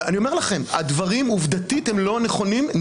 אני אומר לכם, הדברים עובדתית הם לא נכונים.